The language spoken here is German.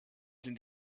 sind